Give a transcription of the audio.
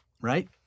right